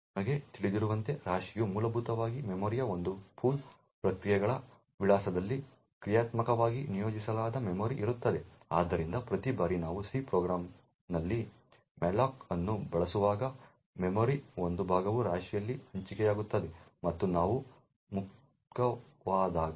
ನಮಗೆ ತಿಳಿದಿರುವಂತೆ ರಾಶಿಯು ಮೂಲಭೂತವಾಗಿ ಮೆಮೊರಿಯ ಒಂದು ಪೂಲ್ ಪ್ರಕ್ರಿಯೆಗಳ ವಿಳಾಸದಲ್ಲಿ ಕ್ರಿಯಾತ್ಮಕವಾಗಿ ನಿಯೋಜಿಸಲಾದ ಮೆಮೊರಿ ಇರುತ್ತದೆ ಆದ್ದರಿಂದ ಪ್ರತಿ ಬಾರಿ ನಾವು ಸಿ ಪ್ರೋಗ್ರಾಂನಲ್ಲಿ malloc ಅನ್ನು ಬಳಸುವಾಗ ಮೆಮೊರಿಯ ಒಂದು ಭಾಗವು ರಾಶಿಯಲ್ಲಿ ಹಂಚಿಕೆಯಾಗುತ್ತದೆ ಮತ್ತು ನಾವು ಮುಕ್ತವಾದಾಗ